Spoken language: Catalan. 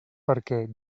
perquè